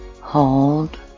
hold